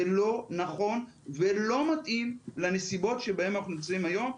זה לא נכון ולא מתאים לנסיבות שבהן אנחנו נמצאים היום.